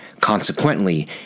Consequently